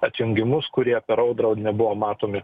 atjungimus kurie per audrą nebuvo matomi